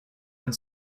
and